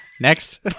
Next